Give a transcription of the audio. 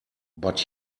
but